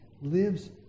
lives